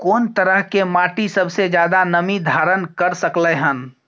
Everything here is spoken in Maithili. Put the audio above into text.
कोन तरह के माटी सबसे ज्यादा नमी धारण कर सकलय हन?